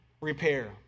repair